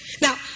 Now